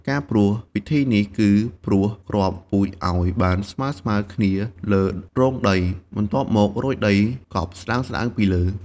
ការព្រោះ វិធីនេះគឺព្រោះគ្រាប់ពូជឱ្យបានស្មើៗគ្នាលើរងដី បន្ទាប់មករោយដីកប់ស្ដើងៗពីលើ។